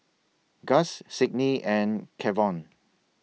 Gus Sidney and Kevon